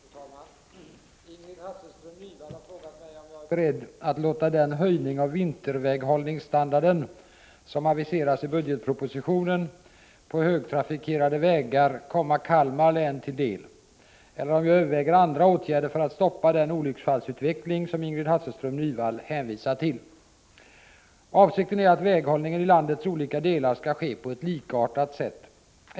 Fru talman! Ingrid Hasselström-Nyvall har frågat mig om jag är beredd att låta den höjning av vinterväghållningsstandarden på högtrafikerade vägar som aviseras i budgetpropositionen komma Kalmar län till del eller om jag överväger andra åtgärder för att stoppa den olycksfallsutveckling som Ingrid Hasselström-Nyvall hänvisar till. Avsikten är att väghållningen i landets olika delar skall ske på ett likartat sätt.